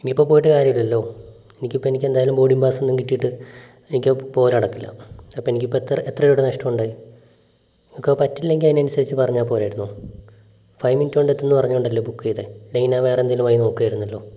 ഇനി ഇപ്പോൾ പോയിട്ട് കാര്യം ഇല്ലല്ലോ എനിക്ക് ഇപ്പോൾ എനിക്ക് എന്തായാലും ബോർഡിങ് പാസ്സ് ഒന്നും കിട്ടിയിട്ട് എനിക്ക് പോകൽ നടക്കില്ല അപ്പം എനിക്ക് ഇപ്പോൾ എത്ര എത്ര രൂപയുടെ നഷ്ടമുണ്ടായി നിങ്ങൾക്ക് അത് പറ്റില്ലെങ്കിൽ അതിന് അനുസരിച്ച് പറഞ്ഞാൽ പോരായിരുന്നോ ഫൈവ് മിനിറ്റ് കൊണ്ട് എത്തും എന്ന് പറഞ്ഞത് കൊണ്ടല്ലേ ബുക്ക് ചെയ്തത് അല്ലെങ്കിൽ ഞാൻ വേറെ എന്തെങ്കിലും വഴി നോക്കുമായിരുന്നല്ലോ